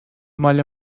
ماله